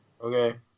Okay